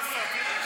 לך,